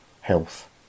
health